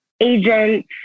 agent